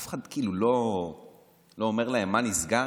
אף אחד לא אומר להם: מה נסגר?